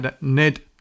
ned